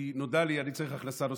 כי אני צריך הכנסה נוספת,